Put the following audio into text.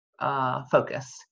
focus